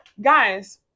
Guys